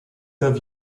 per